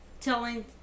telling